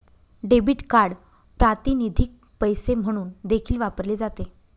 debit card प्रातिनिधिक पैसे म्हणून देखील वापरले जाते